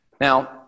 Now